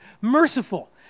Merciful